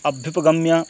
अभ्युपगम्य